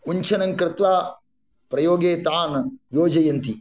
उञ्छनं कृत्वा प्रयोगे तान् योजयन्ति